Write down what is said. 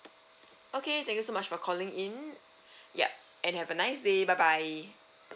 okay they use much for calling in yup and have a nice day bye bye